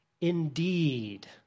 indeed